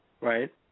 right